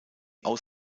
aus